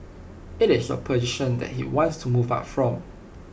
IT is A position that he wants to move up from